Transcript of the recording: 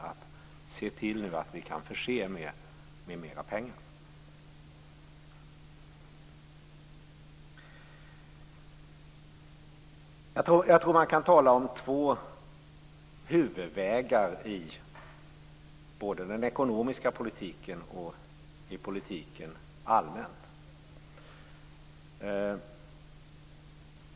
Det gäller att vi kan förse detta område med mera pengar. Jag tror att man kan tala om två huvudvägar när det gäller den ekonomiska politiken och politiken allmänt.